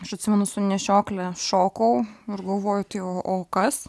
aš atsimenu su nešiokle šokau ir galvoju tai o o kas